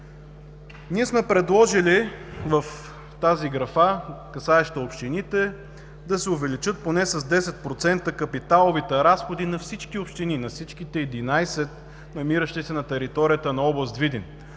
Ние сме предложили в тази графа, касаеща общините, да се увеличат поне с 10% капиталовите разходи на всички общини, на всичките 11 намиращи се на територията на област Видин.